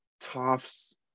Toff's